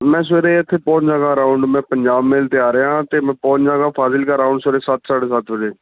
ਮੈਂ ਸਵੇਰੇ ਇਥੇ ਪਹੁੰਚ ਜਗਾ ਅਰਾਊਂਡ ਮੈਂ ਪੰਜਾਬ ਮੇਲ ਤੇ ਆ ਰਿਹਾ ਤੇ ਮੈਂ ਪਹੁੰਚ ਜਾਗਾ ਫਾਜ਼ਿਲਕਾ ਰਾਉਂਡ ਸਵੇਰੇ ਸੱਤ ਸਾਢੇ ਸੱਤ ਵਜੇ